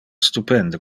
stupende